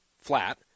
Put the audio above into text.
flat